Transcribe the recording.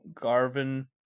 Garvin